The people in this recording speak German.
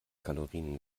kalorien